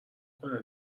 کنه